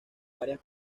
varias